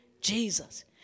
Jesus